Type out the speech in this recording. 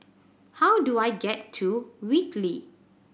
how do I get to Whitley